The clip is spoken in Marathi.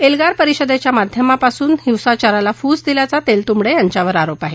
एल्गार परिषदेच्या माध्यमापासून हिंसाचाराला फूस दिल्याचा तेलतुंबडे यांच्यावर आरोप आहे